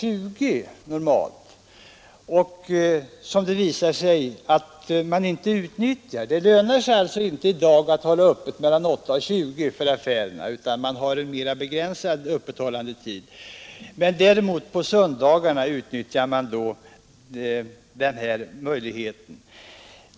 20, men det har visat sig att man inte utnyttjar dessa möjligheter; det lönar sig inte i dag för affärerna att hålla öppet mellan 8 och 20, utan man har ett mera begränsat öppethållande. Möjligheten att hålla öppet på söndagarna utnyttjar man däremot.